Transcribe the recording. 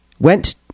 Went